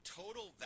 total